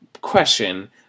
question